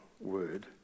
word